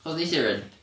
cause 一些人